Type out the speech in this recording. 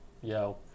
Yo